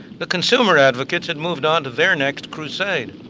the consumer advocates had moved on to their next crusade.